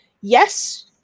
Yes